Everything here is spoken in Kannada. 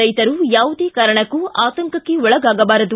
ರೈಶರು ಯಾವುದೇ ಕಾರಣಕ್ಕೂ ಆತಂಕಕ್ಷೆ ಒಳಗಾಗಬಾರದು